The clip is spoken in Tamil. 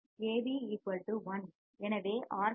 AV1 எனவே ஆர்